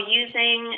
using